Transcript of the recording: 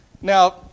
Now